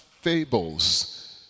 fables